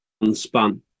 unspun